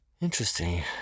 Interesting